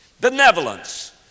benevolence